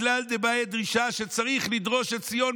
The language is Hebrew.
מכלל דבעי דרישה" צריך לדרוש את ציון,